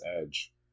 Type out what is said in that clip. edge